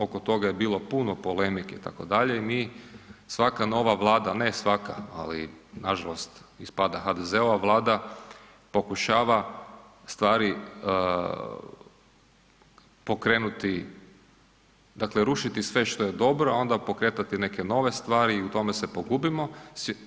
Oko toga je bilo puno polemike itd. i mi svaka nova vlada, ne svaka, ali nažalost ispada HDZ-ova Vlada pokušava stvari pokrenuti dakle rušiti sve što je dobro, a onda pokretati neke nove stvari i u tome se pogubimo.